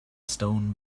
stone